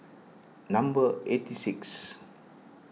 number eighty six